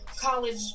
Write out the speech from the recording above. college